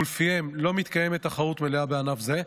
שלפיהם לא מתקיימת תחרות מלאה בענף זה,